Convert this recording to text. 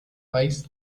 país